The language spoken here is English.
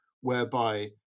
whereby